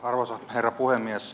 arvoisa herra puhemies